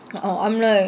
uh uh I'm like